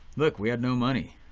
look, we had no money.